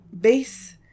base